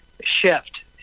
shift